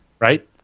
right